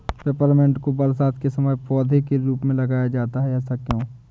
Peppermint को बरसात के समय पौधे के रूप में लगाया जाता है ऐसा क्यो?